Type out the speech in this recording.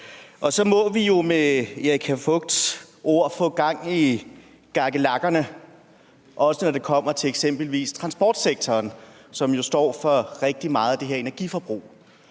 Og så må vi jo med Erika Voigts ord få gang gakkelakkerne, også når det kommer til eksempelvis transportsektoren, som jo står for rigtig meget af det her energiforbrug.